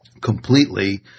completely